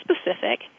specific